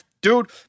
dude